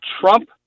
Trump